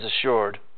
assured